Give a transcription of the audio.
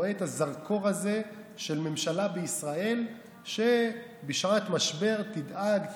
רואה את הזרקור הזה של ממשלה בישראל שבשעת משבר תדאג,